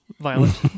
violent